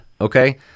okay